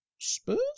Spurs